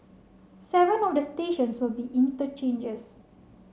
seven of the stations will be interchanges